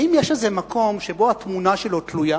האם יש איזה מקום שבו התמונה שלו תלויה?